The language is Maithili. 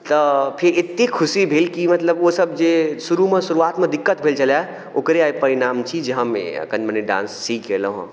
तऽ फेर एते खुशी भेल कि मतलब ओ सब जे शुरू मे शुरुआत मे दिक्कत भेल छलए ओकरे आइ परिणाम छी जे हम कनी मनी डांस सीख गेलौं हँ